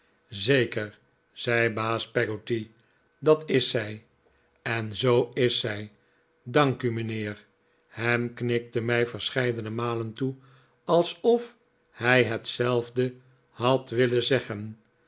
zeker zei baas peggotty dat is zij en zoo is zij dank u mijnhee ham knikte mij verscheidene malen toe alsof hij hetzelfde had willen zeggen